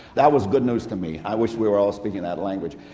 that was good news to me i wish we were all speaking that language.